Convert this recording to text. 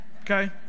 Okay